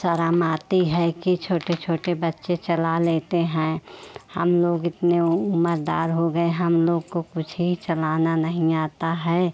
शर्म आती है कि छोटे छोटे बच्चे चला लेते हैं हम लोग इतने उम्रदार हो गए हैं हम लोग को कुछ ही चलाना नहीं आता है